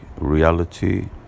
reality